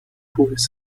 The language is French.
pouvaient